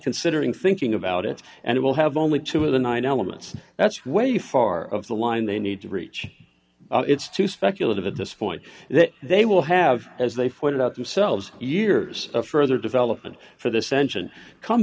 considering thinking about it and it will have only two of the nine elements that's way too far of the line they need to reach it's too speculative at this point that they will have as they fight it out themselves years of further development for the sentient come